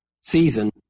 season